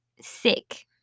sick